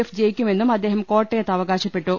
F ജയിക്കുമെന്നും അദ്ദേഹം കോട്ടയത്ത് അവകാശപ്പെട്ടു